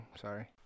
Sorry